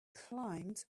climbed